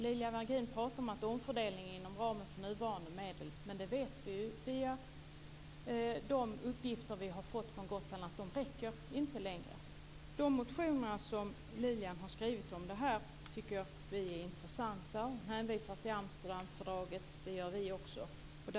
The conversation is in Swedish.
Lilian Virgin pratade om omfördelning inom ramen för nuvarande medel. Men vi vet ju via de uppgifter vi har fått från Gotland att de inte räcker längre. De motioner som Lilian har skrivit om detta tycker vi är intressanta. Hon hänvisar till Amsterdamfördraget. Det gör vi också.